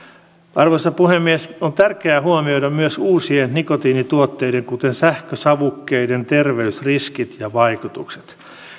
arvoisa puhemies on tärkeää huomioida myös uusien nikotiinituotteiden kuten sähkösavukkeiden terveysriskit ja vaikutukset